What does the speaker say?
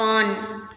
on